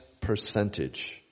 percentage